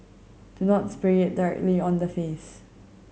do not spray it directly on the face